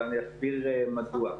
ואני אסביר מדוע.